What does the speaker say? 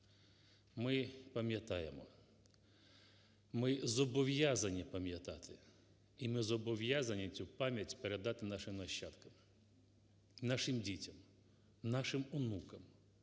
Ми пам'ятаємо, ми зобов'язані пам'ятати. І ми зобов'язані цю пам'ять передати нашим нащадкам, нашим дітям, нашим внукам.